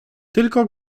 tylko